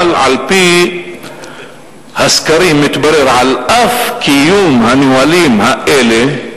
אבל על-פי הסקרים מתברר שעל אף קיום הנהלים האלה,